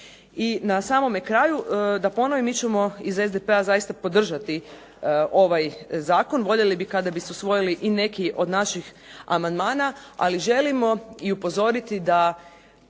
I na samome kraju da ponovim, mi ćemo iz SDP-a zaista podržati ovaj zakon. Voljeli bi kada bi se usvojili i neki od naših amandmana ali želimo i upozoriti da